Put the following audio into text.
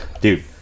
dude